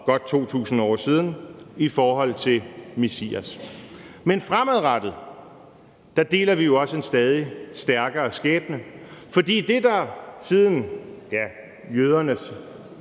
godt 2.000 år siden i forhold til Messias. Men fremadrettet deler vi også en stadig stærkere skæbne, for det, der siden jødernes